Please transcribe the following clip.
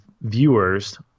viewers